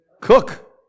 Cook